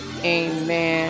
amen